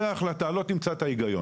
זו ההחלטה, לא תמצא את ההיגיון.